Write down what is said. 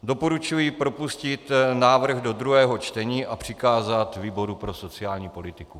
Doporučuji propustit návrh do druhého čtení a přikázat výboru pro sociální politiku.